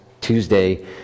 Tuesday